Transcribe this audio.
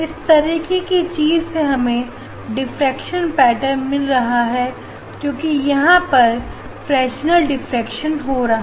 इस तरीके की चीज से हमें डिफ्रेक्शन पेटर्न मिल रहा है क्योंकि यहां पर फ्रेशनल डिफ्रेक्शन हो रहा